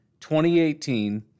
2018